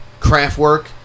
Craftwork